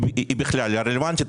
היא בכלל רלוונטית?